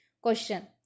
Question